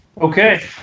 okay